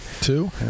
Two